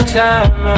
time